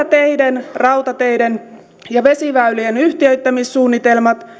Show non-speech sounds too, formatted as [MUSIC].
[UNINTELLIGIBLE] teiden rautateiden ja vesiväylien yhtiöittämissuunnitelmat sekä